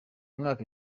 mwaka